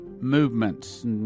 movements